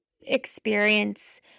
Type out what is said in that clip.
experience